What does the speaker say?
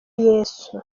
yezu